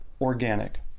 organic